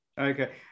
Okay